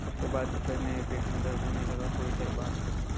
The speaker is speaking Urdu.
اُس کے بعد سے سر میرے پیٹ میں درد ہونے لگا تھوڑی دیر بعد سے